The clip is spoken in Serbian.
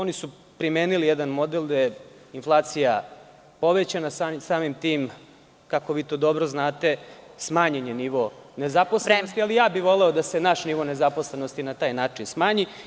Oni su primenili jedan model da je inflacija povećana, samim tim, kako vi to dobro znate, smanjen je nivo nezaposlenosti, ali ja bih voleo da se naš nivo nezaposlenosti na taj način smanji.